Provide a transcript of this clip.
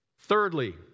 Thirdly